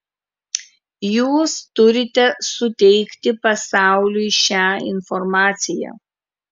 jūs turite suteikti pasauliui šią informaciją